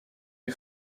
est